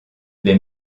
les